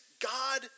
God